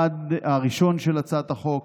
הראשון של הצעת החוק,